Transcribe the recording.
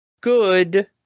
good